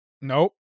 Nope